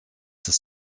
des